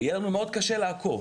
ויהיה לנו מאוד קשה לעקוב.